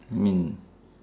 I mean